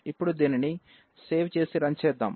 ఇప్పుడు దీనిని సేవ్ చేసి రన్ చేద్దాం